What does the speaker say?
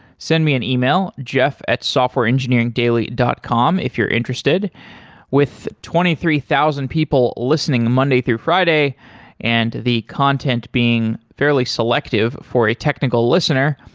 send me an e-mail jeff at softwareengineeringdaily dot com if you're interested with twenty three thousand people listening monday through friday and the content being fairly selective for a technical listener,